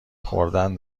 خوردن